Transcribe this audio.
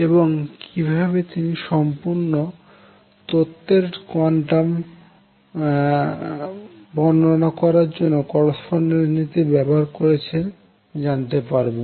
এবং কিভাবে তিনি সম্পূর্ণ তত্ত্বের কোয়ান্টামে বর্ণনা করার জন্য করস্পন্ডেন্স নীতি ব্যবহার করেছেন জানতে পারবো